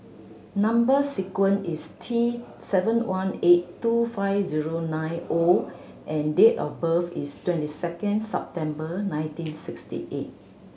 number sequence is T seven one eight two five zero nine O and date of birth is twenty second September nineteen sixty eight